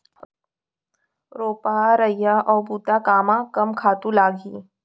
रोपा, लइहरा अऊ बुता कामा कम खातू लागही?